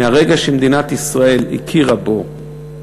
מהרגע שמדינת ישראל הכירה בו,